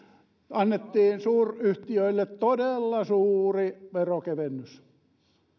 annettiin suuryhtiöille todella suuri verokevennys